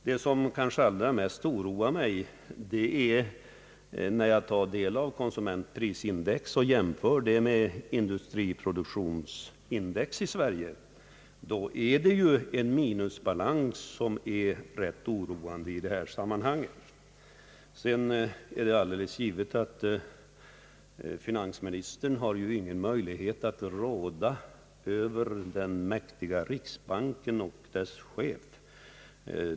Det som kanske allra mest oroar mig är när jag jämför konsumentprisindex med industriproduktionsindex i Sverige och finner att det föreligger en minusbalans som är ganska oroande i detta sammanhang. Sedan är det alldeles givet, att finansministern ju inte har någon möjlighet att råda över den mäktiga riksbanken och dess chef.